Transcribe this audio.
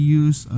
use